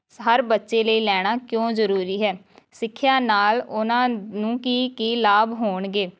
ਹਰ ਬੱਚੇ ਲਈ ਲੈਣਾ ਕਿਉਂ ਜ਼ਰੂਰੀ ਹੈ ਸਿੱਖਿਆ ਨਾਲ ਉਨ੍ਹਾਂ ਨੂੰ ਕੀ ਕੀ ਲਾਭ ਹੋਣਗੇ